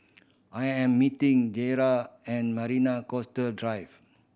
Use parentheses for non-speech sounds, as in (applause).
I am meeting (unintelligible) at Marina Coastal Drive